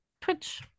Twitch